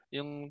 Yung